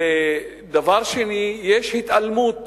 דבר שני, יש התעלמות